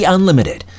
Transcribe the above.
Unlimited